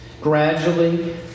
Gradually